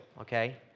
okay